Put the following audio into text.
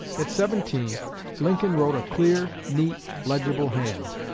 at seventeen lincoln wrote a clear, neat, legible hand,